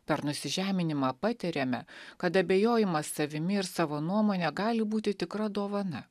per nusižeminimą patiriame kad abejojimas savimi ir savo nuomone gali būti tikra dovana